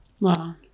Wow